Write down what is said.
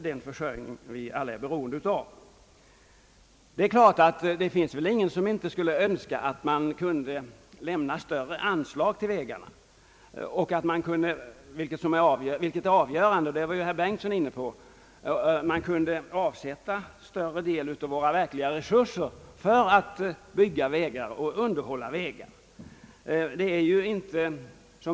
Det finns väl ingen som inte skulle önska att man kunde lämna större anslag till vägarna. Herr Bengtson var inne på att det avgörande är att man kan avsätta en större del av våra verkliga resurser för att bygga och underhålla vägar.